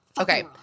Okay